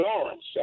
Lawrence